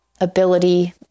ability